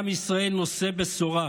עם ישראל, נושא בשורה,